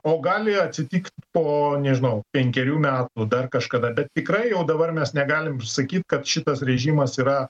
o gali atsitikt po nežinau penkerių metų dar kažkada bet tikrai jau dabar mes negalim sakyt kad šitas režimas yra